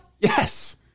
Yes